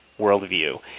worldview